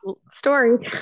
story